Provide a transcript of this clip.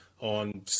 on